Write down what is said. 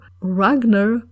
Ragnar